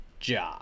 Ja